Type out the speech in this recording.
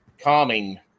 calming